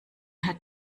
hat